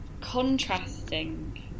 contrasting